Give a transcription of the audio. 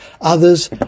Others